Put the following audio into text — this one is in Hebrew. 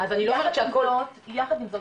אז אני לא אומרת שהכול --- יחד עם זאת,